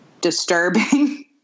disturbing